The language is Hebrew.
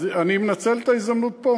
אז אני מנצל את ההזדמנות פה,